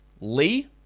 Lee